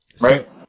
Right